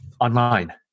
online